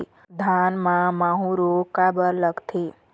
धान म माहू रोग काबर लगथे?